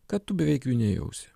kad tu beveik jų nejausi